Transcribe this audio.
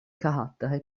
carattere